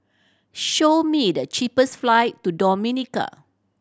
show me the cheapest flight to Dominica